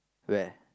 where